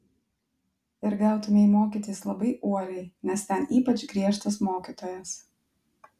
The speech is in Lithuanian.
ir gautumei mokytis labai uoliai nes ten ypač griežtas mokytojas